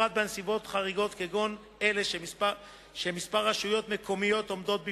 בפרט בנסיבות חריגות כגון אלה שכמה רשויות מקומיות עומדות בפניהן,